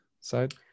side